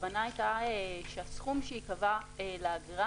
הכוונה הייתה שהסכום שייקבע לאגרה